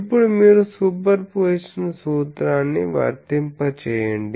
ఇప్పుడు మీరు సూపర్పొజిషన్ సూత్రాన్ని వర్తింపజేయండి